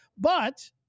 but-